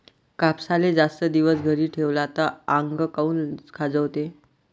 कापसाले जास्त दिवस घरी ठेवला त आंग काऊन खाजवते?